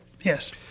Yes